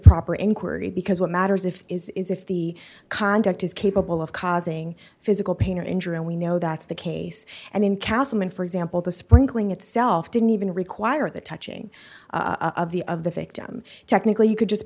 proper inquiry because what matters if is if the conduct is capable of causing physical pain or injury and we know that's the case and in councilman for example the sprinkling itself didn't even require the touching of the of the victim technically you could just